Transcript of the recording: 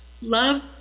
Love